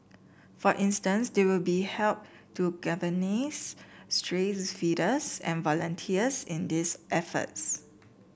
for instance they will be help to galvanise stray feeders and volunteers in these efforts